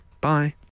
bye